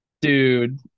Dude